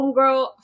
Homegirl